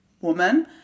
woman